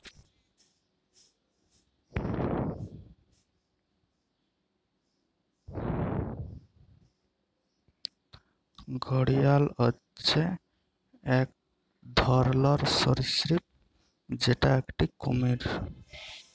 ঘড়িয়াল হচ্যে এক ধরলর সরীসৃপ যেটা একটি কুমির